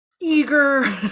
eager